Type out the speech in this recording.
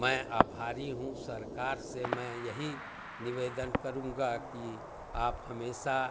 मैं आभारी हूँ सरकार से मैं यही निवेदन करूँगा कि आप हमेशा